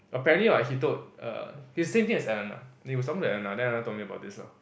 apparently like he told err the same thing as Annabelle they were talking about something else then Annabelle told me about this lah